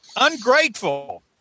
Ungrateful